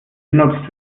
benutzt